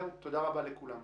תודה רבה לכולם,